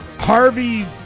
Harvey